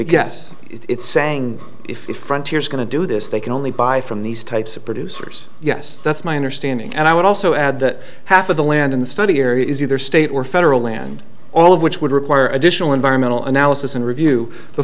because it's saying if the frontier is going to do this they can only buy from these types of producers yes that's my understanding and i would also add that half of the land in the study area is either state or federal land all of which would require additional environmental analysis and review